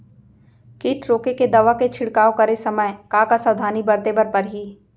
किट रोके के दवा के छिड़काव करे समय, का का सावधानी बरते बर परही?